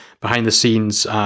behind-the-scenes